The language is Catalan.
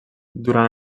durant